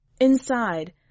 Inside